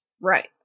Right